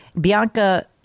Bianca